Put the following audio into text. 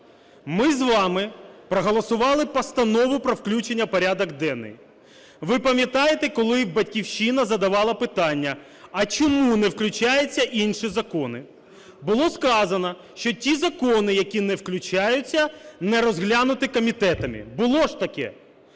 Ми з вами проголосували Постанову про включення в прядок денний. Ви пам'ятаєте, коли "Батьківщина" задавала питання, а чому не включаються інші закони? Було сказано, що ті закони, які не включаються, не розглянуті комітетами. Було ж таке?